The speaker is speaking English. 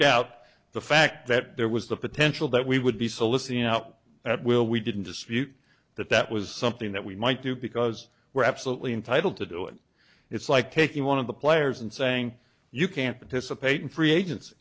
doubt the fact that there was the potential that we would be soliciting out at will we didn't dispute that that was something that we might do because we're absolutely entitled to do it it's like taking one of the players and saying you can't participate in free agen